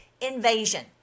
invasion